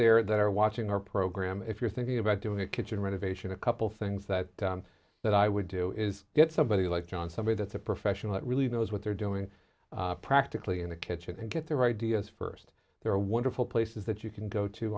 there that are watching our program if you're thinking about doing a kitchen renovation a couple things that that i would do is get somebody like john somebody that's a professional that really knows what they're doing practically in a kitchen and get their ideas first they're wonderful places that you can go to